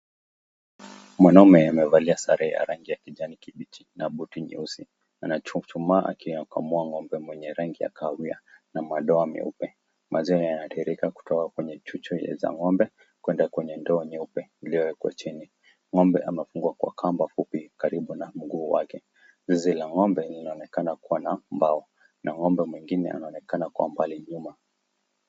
Mwanamume amevalia sare ya rangi ya kijani kibichi na buti nyeusi. Anachuchumaa akamua ng'ombe mwenye rangi ya kahawia na madoa meupe. Maziwa yanatiririka kutoka kwenye chuchu za ng'ombe kwenda kwenye ndoo nyeupe iliyowekwa chini. Ng'ombe amefungwa kwa kamba fupi karibu na mguu wake. Zizi la ng'ombe linaonekana kuwa na mbao na ng'ombe mwingine anaonekana kwa mbali nyuma.